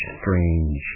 strange